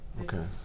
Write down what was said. Okay